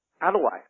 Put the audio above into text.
otherwise